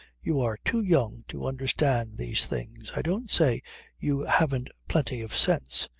you are too young to understand these things. i don't say you haven't plenty of sense.